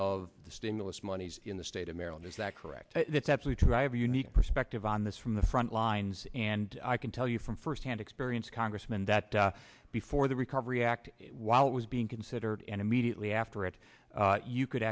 the stimulus money in the state of maryland is that correct that's absolutely true i have unique perspective on this from the front lines and i can tell you from firsthand experience congressman that before the recovery act while it was being considered and immediately after it you could